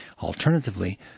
Alternatively